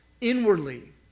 inwardly